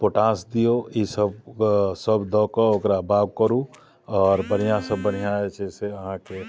potash दियौ ई सब अ सब दऽ कऽ ओकरा बाउग करू आ आओर मोबाइल वाइब्रेसन बढ़िआँसँ बढ़िआँ जे छै से अहाँके